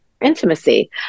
intimacy